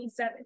27